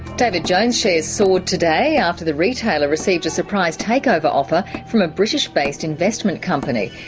david jones shares soared today after the retailer received a surprise takeover offer from a british-based investment company.